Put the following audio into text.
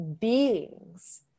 beings